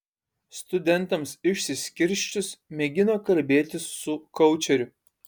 studentams išsiskirsčius mėgino kalbėtis su koučeriu